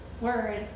word